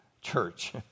Church